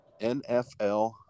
nfl